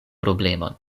problemon